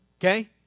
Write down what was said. Okay